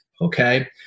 okay